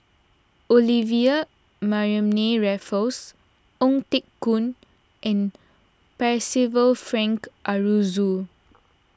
Olivia Mariamne Raffles Ong Teng Koon and Percival Frank Aroozoo